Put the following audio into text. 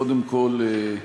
קודם כול,